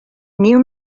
new